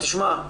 תשמע,